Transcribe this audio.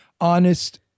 honest